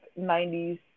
90s